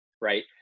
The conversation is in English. right